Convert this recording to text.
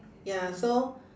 ya so